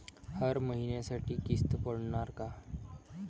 हर महिन्यासाठी किस्त पडनार का?